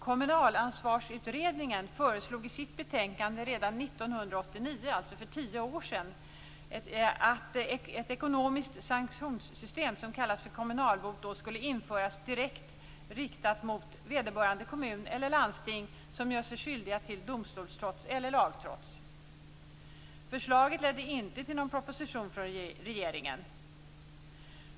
Kommunalansvarsutredningen föreslog i sitt betänkande redan 1989, alltså för tio år sedan, att ett ekonomiskt sanktionssystem som kallades för kommunalbot då skulle införas direkt riktat mot vederbörande kommun eller landsting som gör sig skyldiga till domstolstrots eller lagtrots. Förslaget ledde inte till någon proposition från regeringen.